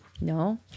no